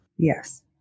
Yes